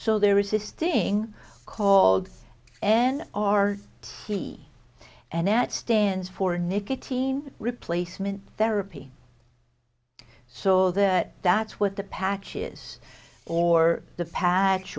so there is this thing called an r t and that stands for nicotine replacement therapy so that that's what the patches or the pa